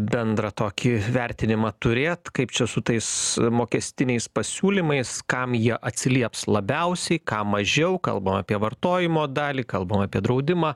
bendrą tokį vertinimą turėt kaip čia su tais mokestiniais pasiūlymais kam jie atsilieps labiausiai ką mažiau kalbam apie vartojimo dalį kalbam apie draudimą